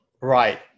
Right